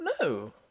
No